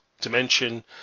dimension